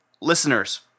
listeners